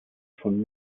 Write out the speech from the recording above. von